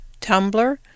Tumblr